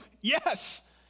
Yes